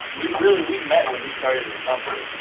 we've really, we've met when he started this company.